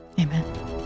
Amen